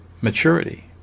maturity